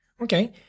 Okay